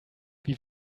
wie